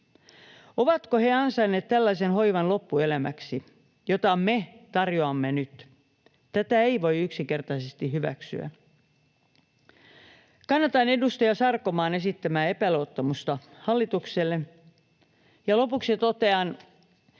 Ovatko he ansainneet loppuelämäksi tällaisen hoivan, jota me tarjoamme nyt? Tätä ei voi yksinkertaisesti hyväksyä. Kannatan edustaja Sarkomaan esittämää epäluottamusta hallitukselle. Lopuksi totean